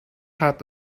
had